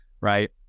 right